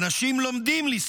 "אנשים לומדים לשנוא,